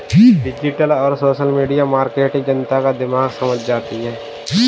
digital और social media marketing जनता का दिमाग समझ जाती है